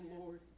Lord